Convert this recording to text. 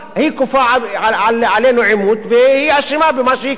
היא כופה עלינו עימות והיא אשמה במה שיקרה.